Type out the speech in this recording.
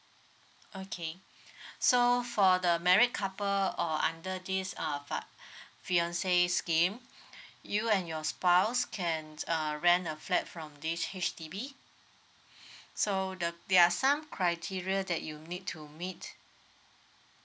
okay so for the married couple or under this uh fi~ fiancé scheme you and your spouse can uh rent a flat from this H_D_B so the there're some criteria that you need to meet